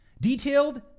Detailed